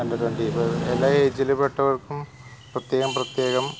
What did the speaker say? under twenty four എല്ലാ ഏജിലും പെട്ടവര്ക്കും പ്രത്യേകം പ്രത്യേകം